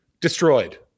destroyed